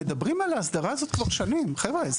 מדברים על האסדרה הזאת כבר שנים, חבר'ה.